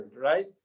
right